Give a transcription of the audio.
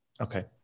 Okay